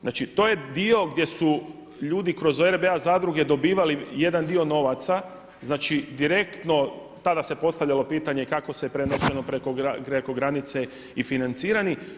Znači to je dio gdje su ljudi kroz RBA zadruge dobivali jedan dio novaca znači direktno tada se postavljalo pitanje kako je prenošeno preko granice i financirani.